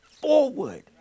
forward